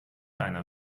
einer